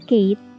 Kate